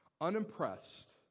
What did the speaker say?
Unimpressed